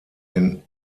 den